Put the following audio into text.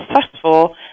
successful